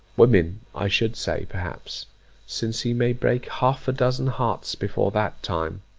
women, i should say, perhaps since he may break half-a-dozen hearts before that time